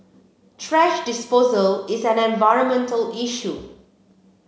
thrash disposal is an environmental issue